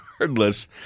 regardless